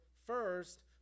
First